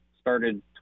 started